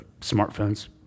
smartphones